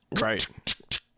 right